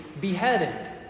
beheaded